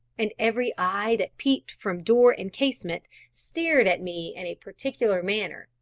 and every eye that peeped from door and casement, stared at me in a particular manner,